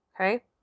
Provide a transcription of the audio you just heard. Okay